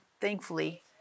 thankfully